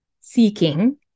seeking